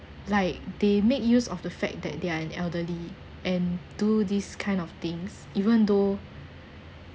like they make use of the fact that they're an elderly and do this kind of things even though